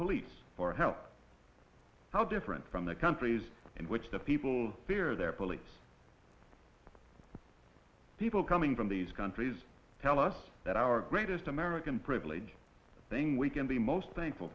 police for help how different from the countries in which the people fear their police people coming from these countries tell us that our greatest american privilege thing we can be most thankful